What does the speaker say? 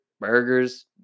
burgers